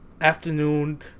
afternoon